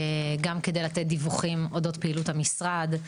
גם כדי לתת דיווחים אודות פעילות המשרד,